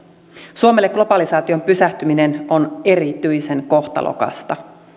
suomelle globalisaation pysähtyminen on erityisen kohtalokasta